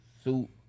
suit